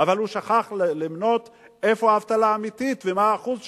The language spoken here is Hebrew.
אבל הוא שכח למנות איפה האבטלה האמיתית ומה האחוז שם.